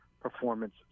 performance